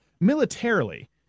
Militarily